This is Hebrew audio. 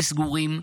וסגורים,